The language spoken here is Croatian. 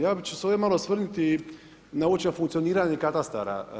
Ja ću se ovdje malo osvrnuti na uopće funkcioniranje katastara.